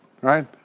right